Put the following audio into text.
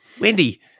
Wendy